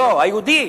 לא, היהודי.